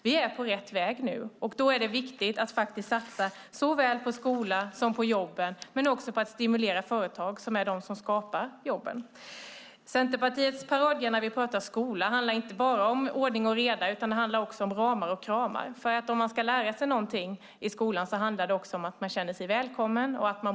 Nu är vi på rätt väg, och då är det viktigt att satsa såväl på skolan som på jobben men också stimulera företagen som ju är de som skapar jobben. Centerpartiets paradgren när vi pratar skola handlar inte bara om ordning och reda utan också om ramar och kramar. Om man ska lära sig någonting i skolan måste man känna sig välkommen och må bra.